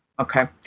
Okay